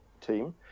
team